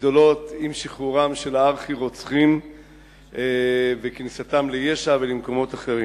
גדולות עם שחרורם של הארכי-רוצחים וכניסתם ליש"ע ולמקומות אחרים.